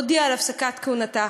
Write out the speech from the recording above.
הודיעה על הפסקת כהונתה.